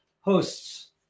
hosts